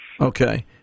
Okay